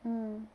mm